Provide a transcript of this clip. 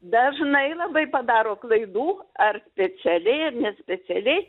dažnai labai padaro klaidų ar specialiai ar nespecialiai